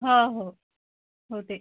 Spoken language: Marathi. हा हो होते